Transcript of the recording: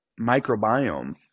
microbiome